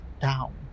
down